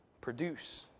produce